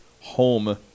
home